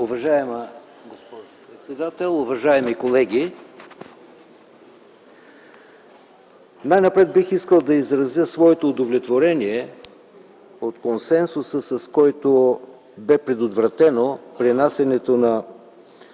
Уважаема госпожо председател, уважаеми колеги! Най-напред бих искал да изразя своето удовлетворение от консенсуса, с който бе предотвратено пренасянето на